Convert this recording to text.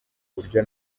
buryo